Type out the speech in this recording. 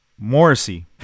Morrissey